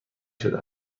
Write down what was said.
شده